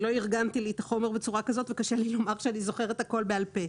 לא ארגנתי לי את החומר בצורה כזאת וקשה לי לומר שאני זוכרת הכול בעל פה.